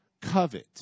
covet